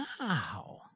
Wow